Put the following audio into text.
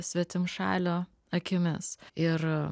svetimšalio akimis ir